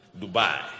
dubai